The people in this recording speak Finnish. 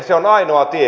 se on ainoa tie